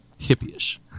hippie-ish